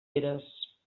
eres